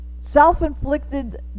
self-inflicted